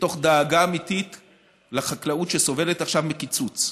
מתוך דאגה אמיתית לחקלאות, שסובלת עכשיו מקיצוץ.